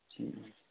ꯎꯝ